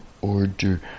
order